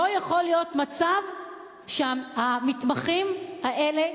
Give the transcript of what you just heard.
לא יכול להיות מצב שהמתמחים האלה,